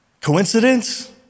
Coincidence